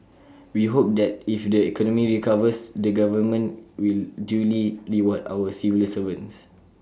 we hope that if the economy recovers the government will duly reward our civil servants